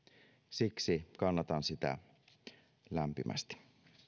siksi kannatan sitä lämpimästi